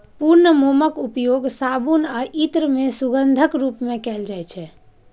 पूर्ण मोमक उपयोग साबुन आ इत्र मे सुगंधक रूप मे कैल जाइ छै